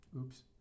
Oops